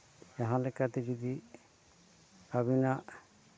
ᱡᱟᱦᱟᱸ ᱞᱮᱠᱟᱛᱮ ᱡᱩᱫᱤ ᱟᱹᱵᱤᱱᱟᱜ